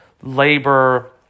labor